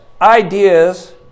ideas